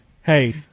hey